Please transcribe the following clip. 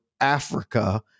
Africa